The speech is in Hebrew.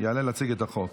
יעלה להציג את החוק.